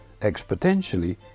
exponentially